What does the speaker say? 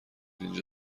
اینجا